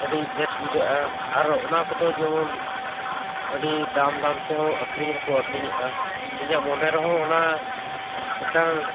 ᱟᱹᱰᱤ ᱵᱮᱥ ᱵᱩᱡᱷᱟᱹᱜᱼᱟ ᱟᱨ ᱚᱱᱟ ᱠᱚᱫᱚ ᱡᱮᱢᱚᱱ ᱟᱹᱰᱤ ᱫᱟᱢ ᱫᱟᱢ ᱛᱮᱦᱚᱸ ᱟᱹᱠᱷᱨᱤᱧ ᱦᱚᱸᱠᱚ ᱟᱹᱠᱷᱟᱨᱤ ᱧᱚᱜᱼᱟ ᱤᱧᱟᱹᱜ ᱢᱚᱱᱮ ᱨᱮᱦᱚᱸ ᱚᱱᱟ ᱢᱤᱫᱴᱟᱝ